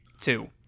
two